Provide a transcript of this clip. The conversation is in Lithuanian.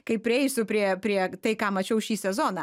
kai prieisiu prie prie tai ką mačiau šį sezoną